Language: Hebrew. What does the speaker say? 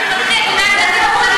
אם תצעקי אני לא אשמע.